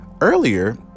Earlier